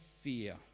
fear